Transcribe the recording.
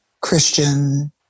Christian